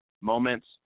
moments